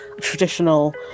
traditional